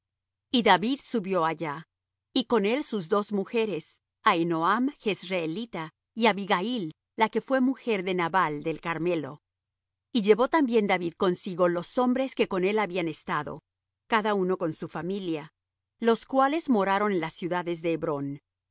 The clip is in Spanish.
y david subió allá y con él sus dos mujeres ahinoam jezreelita y abigail la que fué mujer de nabal del carmelo y llevó también david consigo los hombres que con él habían estado cada uno con su familia los cuales moraron en las ciudades de hebrón